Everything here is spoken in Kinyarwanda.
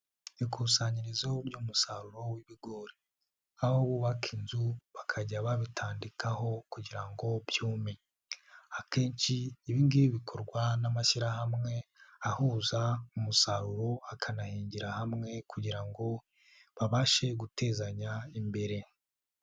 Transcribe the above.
Ikusanyirizo ry'umusaruro w'ibigori aho bubaka inzu bakajya babitandikaho kugira ngo byume. Akenshi ibi ngibi bikorwa n'amashyirahamwe ahuza umusaruro akanahingira hamwe kugira ngo babashe gutezanya imbere.